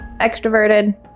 extroverted